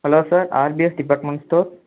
hello sir RPS department store